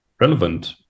relevant